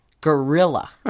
gorilla